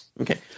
Okay